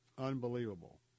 Unbelievable